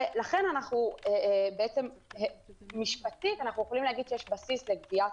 ולכן משפטית אנחנו יכולים להגיד שיש בסיס לגביית